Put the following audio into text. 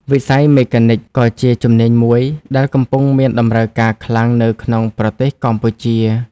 វិស័យ មេកានិក ក៏ជាជំនាញមួយដែលកំពុងមានតម្រូវការខ្លាំងនៅក្នុងប្រទេសកម្ពុជា។